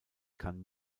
kann